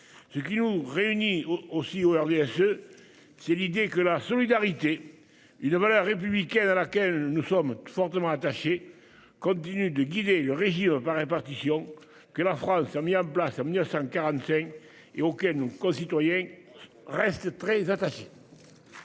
et Social Européen, c'est l'idée que la solidarité, une valeur républicaine à laquelle nous sommes fortement attachés, continue de guider le régime par répartition que la France a mis en place en 1945 et auquel nos concitoyens restent très attachés.